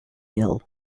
hill